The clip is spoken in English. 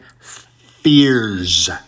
fears